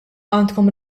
għandkom